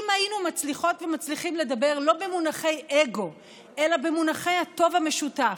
אם היינו מצליחות ומצליחים לדבר לא במונחי אגו אלא במונחי הטוב המשותף,